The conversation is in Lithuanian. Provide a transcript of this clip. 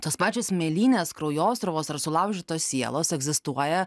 tos pačios mėlynės kraujosruvos ar sulaužytos sielos egzistuoja